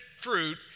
fruit